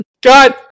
God